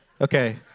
Okay